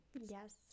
Yes